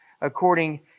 according